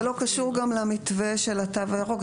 זה לא קשור גם למתווה של התו הירוק,